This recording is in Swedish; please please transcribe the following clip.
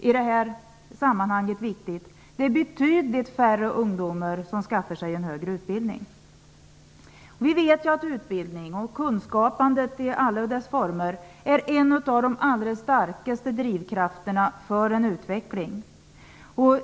I detta sammanhang är det också viktigt att betydligt färre ungdomar skaffar sig en högre utbildning. Vi vet att utbildning och "kunskapandet" i alla dess former är en av de allra starkaste drivkrafterna för utveckling.